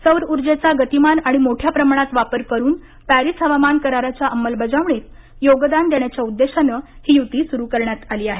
सौर उर्जेचा गतिमान आणि मोठ्या प्रमाणात वापर करुन पॅरिस हवामान कराराच्या अंमलबजावणीत योगदान देण्याच्या उद्देशाने ही युती सुरु करण्यात आली आहे